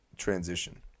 transition